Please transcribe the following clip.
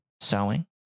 Sewing